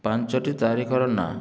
ପାଞ୍ଚଟି ତାରିଖର ନାଁ